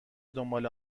دنبال